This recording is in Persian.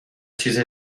چیز